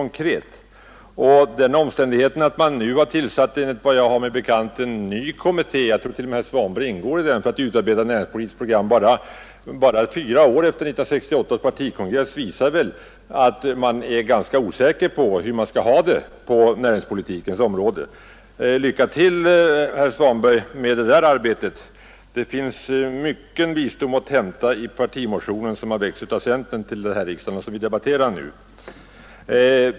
Enligt vad jag har mig bekant har socialdemokraterna tillsatt en ny kommitté — jag tror t.o.m. att herr Svanberg ingår i den — för att utarbeta ett nytt näringspolitiskt program, bara fyra år efter 1968 års partikongress. Den omständigheten visar väl att man är ganska osäker på hur man skall ha det på näringspolitikens område. Lycka till, herr Svanberg, med det arbetet! Det finns mycken visdom för den vetgirige att hämta i centerns partimotion som vi debatterar nu.